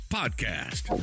podcast